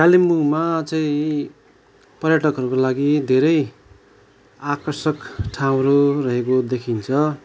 कालिम्पोङमा चाहिँ पर्यटकहरूको लागि धेरै आकर्षक ठाउँहरू रहेको देखिन्छ